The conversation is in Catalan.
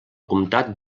comtat